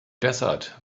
desert